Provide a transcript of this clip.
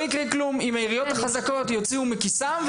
אם העיריות החזקות יוציאו מכיסן,